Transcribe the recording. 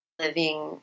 living